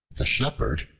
the shepherd,